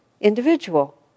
individual